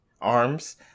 arms